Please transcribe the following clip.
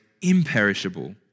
imperishable